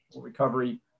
recovery